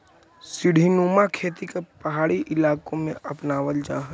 सीढ़ीनुमा खेती पहाड़ी इलाकों में अपनावल जा हई